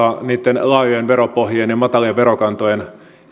niitten laajojen veropohjien ja matalien verokantojen